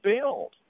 build